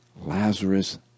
Lazarus